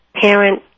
parent